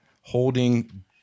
holding